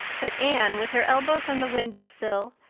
but anne, with her elbows on the window sill,